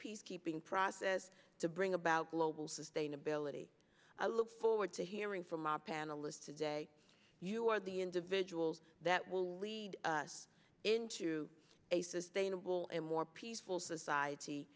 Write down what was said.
peacekeeping process to bring about global sustainability i look forward to hearing from our panelists today you are the individuals that will lead us into a sustainable and more peaceful society